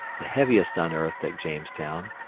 the heaviest unearthed at jamestown,